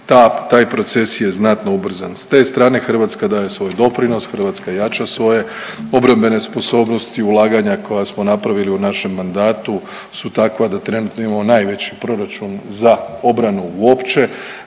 taj proces je znatno ubrzan s te strane, Hrvatska daje svoj doprinos, Hrvatska jača svoje obrambene sposobnosti, ulaganja koja smo napravili u našem mandatu su takva da trenutno imamo najveći proračun za obranu uopće.